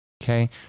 Okay